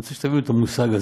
אני רוצה שתבינו את המושג הזה.